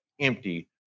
empty